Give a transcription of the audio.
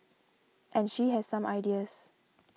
and she has some ideas